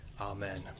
Amen